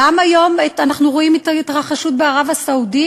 היום אנחנו רואים גם את ההתרחשות בערב-הסעודית,